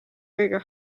kõige